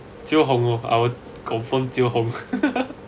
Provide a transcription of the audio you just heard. jio Hong orh I would confirm jiio Hong